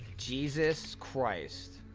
jesus christ